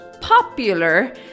popular